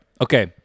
Okay